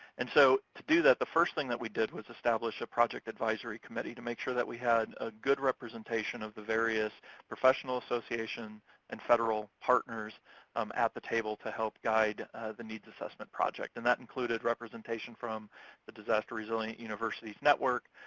and so to do that, the first thing that we did was establish a project advisory committee to make sure that we had a good representation of the various professional association and federal partners um at the table to help guide the needs assessment project, and that included representation from the disaster resilient universities network,